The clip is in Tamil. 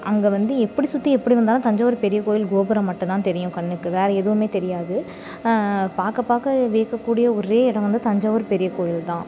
அங்கே வந்து எப்படி சுற்றி எப்படி வந்தாலும் தஞ்சாவூர் பெரிய கோவில் கோபுரம் மட்டும் தான் தெரியும் கண்ணுக்கு வேறே எதுவும் தெரியாது பார்க்க பார்க்க வியக்கக்கூடிய ஒரே இடம் வந்து தஞ்சாவூர் பெரிய கோவில் தான்